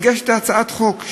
הגשתי את הצעת החוק,